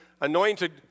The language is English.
anointed